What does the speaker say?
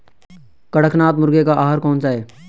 कड़कनाथ मुर्गे का आहार कौन सा है?